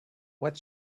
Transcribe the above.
what